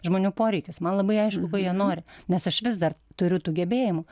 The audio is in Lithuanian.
žmonių poreikius man labai aišku ko jie nori nes aš vis dar turiu tų gebėjimų